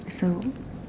so